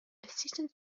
assistants